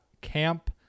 camp